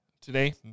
today